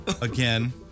again